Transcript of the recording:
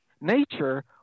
nature